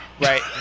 Right